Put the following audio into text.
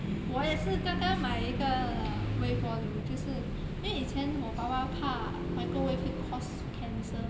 我也是刚刚买一个微波炉就是因为以前我爸爸怕 microwave 会 cause cancer